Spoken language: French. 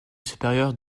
supérieure